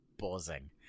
Buzzing